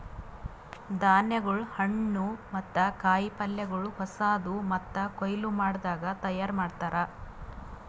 ಧಾನ್ಯಗೊಳ್, ಹಣ್ಣು ಮತ್ತ ಕಾಯಿ ಪಲ್ಯಗೊಳ್ ಹೊಸಾದು ಮತ್ತ ಕೊಯ್ಲು ಮಾಡದಾಗ್ ತೈಯಾರ್ ಮಾಡ್ತಾರ್